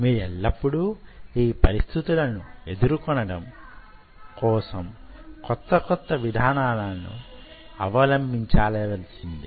మీరు ఎల్లప్పుడూ ఈ పరిస్థితులను ఎదుర్కొనడం కోసం క్రొత్త క్రొత్త విధానాలను అవలంబించవలసినదే